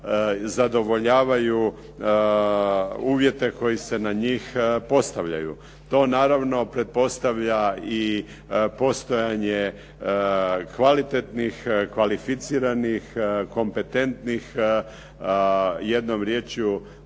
zadovoljavaju uvjete koji se na njih postavljaju. To naravno pretpostavlja i postojanje kvalitetnih, kvalificiranih kompetentnih jednom riječju